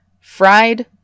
Fried